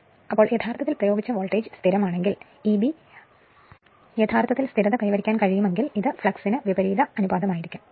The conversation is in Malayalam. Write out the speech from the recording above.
അതിനാൽ യഥാർത്ഥത്തിൽ പ്രയോഗിച്ച വോൾട്ടേജ് സ്ഥിരമാണെങ്കിൽ ഇബി യഥാർത്ഥത്തിൽ സ്ഥിരത കൈവരിക്കാൻ കഴിയുമെങ്കിൽ ഇത് ഫ്ലക്സിന് വിപരീത അനുപാതമായിരിക്കും